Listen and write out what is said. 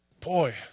boy